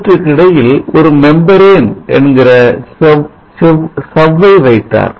இவற்றுக்கிடையில் ஒரு மெம்பரேன் என்ற செவ்வை வைத்தார்